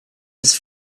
his